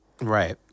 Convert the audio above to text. Right